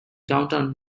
downtown